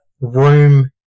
room